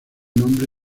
nombre